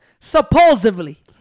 Supposedly